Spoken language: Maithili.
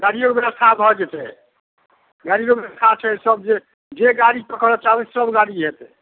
गाड़िओके बेबस्था भऽ जेतै गाड़िओके बेबस्था छै सब जे जे गाड़ी पकड़ऽ चाहबै सब गाड़ी हेतै